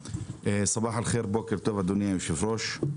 סבאח אל-חיר, בוקר טוב, אדוני היושב-ראש.